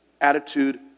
attitude